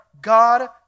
God